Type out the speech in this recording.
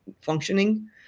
functioning